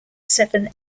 seven